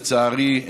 לצערי,